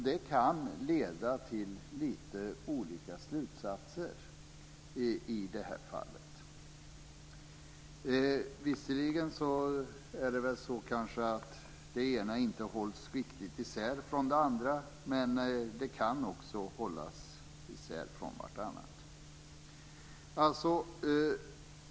Det kan leda till lite olika slutsatser i det här fallet. Visserligen kanske det ena och det andra inte hålls riktigt isär, men de kan också hållas från varandra.